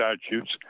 statutes